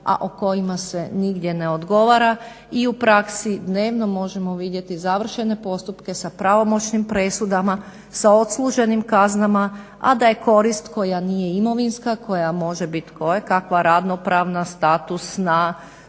a o kojima se nigdje ne odgovara. I u praksi dnevno možemo vidjeti završene postupke sa pravomoćnim presudama, sa odsluženim kaznama, a da je korist koja nije imovinska, koja može bit kojekakva ravnopravna, statusna,